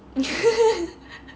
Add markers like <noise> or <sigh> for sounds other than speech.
<laughs>